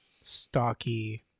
stocky